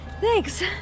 Thanks